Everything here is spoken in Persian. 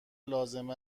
لازم